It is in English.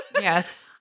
Yes